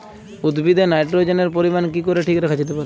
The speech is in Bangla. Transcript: উদ্ভিদে নাইট্রোজেনের পরিমাণ কি করে ঠিক রাখা যেতে পারে?